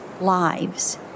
lives